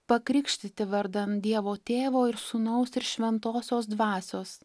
pakrikštyti vardan dievo tėvo ir sūnaus ir šventosios dvasios